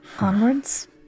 Onwards